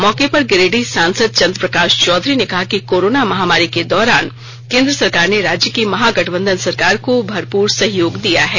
मौके पर गिरिडीह सांसद चंद्रप्रकाश चौधरी ने कहा कि कोरोना महामारी के दौरान केंद्र सरकार ने राज्य की महागठबंधन सरकार को भरपुर सहयोग दिया है